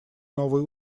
новые